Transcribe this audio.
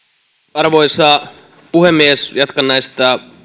arvoisa puhemies jatkan näistä